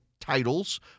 titles